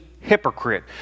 hypocrite